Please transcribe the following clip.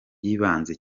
yibanze